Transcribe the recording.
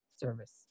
service